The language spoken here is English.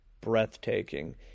breathtaking